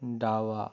डावा